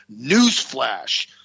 Newsflash